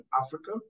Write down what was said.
Africa